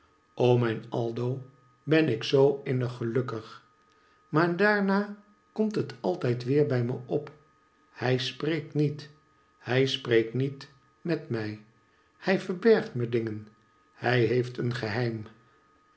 o mijn aldo ben ik zoo innig gelukkig maar daama komt het altijd weer bij me op hij spreekt niet hij spreekt niet met me hij verbergt me dingen hij heeft een geheim